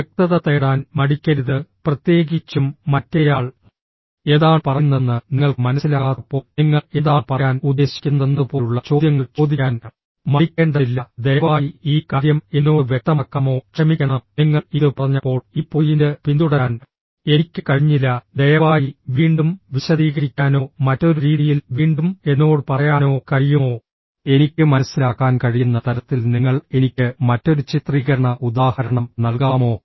വ്യക്തത തേടാൻ മടിക്കരുത് പ്രത്യേകിച്ചും മറ്റേയാൾ എന്താണ് പറയുന്നതെന്ന് നിങ്ങൾക്ക് മനസ്സിലാകാത്തപ്പോൾ നിങ്ങൾ എന്താണ് പറയാൻ ഉദ്ദേശിക്കുന്നതെന്നതുപോലുള്ള ചോദ്യങ്ങൾ ചോദിക്കാൻ മടിക്കേണ്ടതില്ല ദയവായി ഈ കാര്യം എന്നോട് വ്യക്തമാക്കാമോ ക്ഷമിക്കണം നിങ്ങൾ ഇത് പറഞ്ഞപ്പോൾ ഈ പോയിന്റ് പിന്തുടരാൻ എനിക്ക് കഴിഞ്ഞില്ല ദയവായി വീണ്ടും വിശദീകരിക്കാനോ മറ്റൊരു രീതിയിൽ വീണ്ടും എന്നോട് പറയാനോ കഴിയുമോ എനിക്ക് മനസ്സിലാക്കാൻ കഴിയുന്ന തരത്തിൽ നിങ്ങൾ എനിക്ക് മറ്റൊരു ചിത്രീകരണ ഉദാഹരണം നൽകാമോ